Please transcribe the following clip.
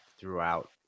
throughout